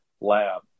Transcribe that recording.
lab